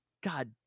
God